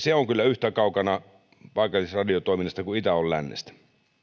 se on kyllä yhtä kaukana paikallisradiotoiminnasta kuin itä on lännestä